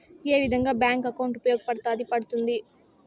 ఏ విధంగా bank account ఉపయోగపడతాయి పడ్తుంది